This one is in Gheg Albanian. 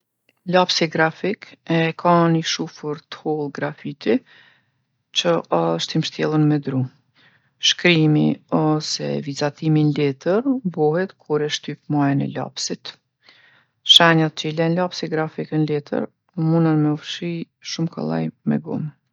Lapsi grafik e ka ni shufer t'hollë grafiti që osht i mshtjellun me dru. Shkrimi ose vizatimi n'letër bohet kur e shtyp majën e lapsit. Shenjat që i len lapsi grafik n'letër munën me u fshi shumë kollaj me gomë.